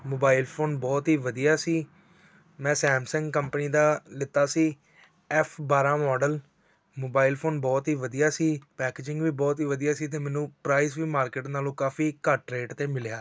mobile phone ਬਹੁਤ ਹੀ ਵਧੀਆ ਸੀ ਮੈਂ ਸੈਮਸੰਗ ਕੰਪਨੀ ਦਾ ਲਿੱਤਾ ਸੀ ਐਫ ਬਾਰਾਂ ਮੋਡਲ ਮੋਬਾਈਲ ਫੋਨ ਬਹੁਤ ਹੀ ਵਧੀਆ ਸੀ ਪੈਕਜਿੰਗ ਵੀ ਬਹੁਤ ਹੀ ਵਧੀਆ ਸੀ ਅਤੇ ਮੈਨੂੰ ਪ੍ਰਾਈਜ਼ ਵੀ ਮਾਰਕੀਟ ਨਾਲੋਂ ਕਾਫੀ ਘੱਟ ਰੇਟ 'ਤੇ ਮਿਲਿਆ